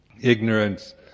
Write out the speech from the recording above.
ignorance